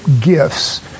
gifts